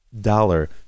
Dollar